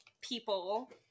people